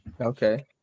Okay